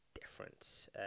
difference